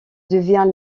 devient